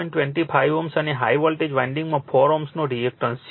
25 Ω અને high voltage વાન્ડિંગમાં 4 Ω નો રિએક્ટન્સ છે